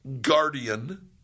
guardian